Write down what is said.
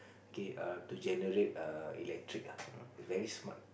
okay err to generate err electric ah it's very smart